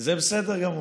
זה בסדר גמור.